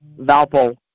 Valpo